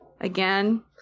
again